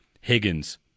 Higgins